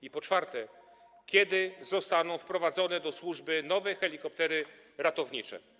I po czwarte, kiedy zostaną wprowadzone do służby nowe helikoptery ratownicze?